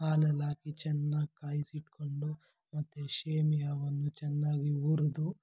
ಹಾಲಲ್ಲಿ ಹಾಕಿ ಚೆನ್ನಾಗಿ ಕಾಯ್ಸಿ ಇಟ್ಕೊಂಡು ಮತ್ತೆ ಶೇಮಿಯವನ್ನು ಚೆನ್ನಾಗಿ ಹುರಿದು